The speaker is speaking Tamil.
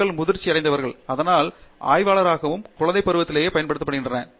மக்கள் முதிர்ச்சியடைந்தவர்களாகவும் அதனால் ஆய்வாளராகவும் குழந்தை பருவத்திலேயே பயன்படுத்தப்படுகின்றனர்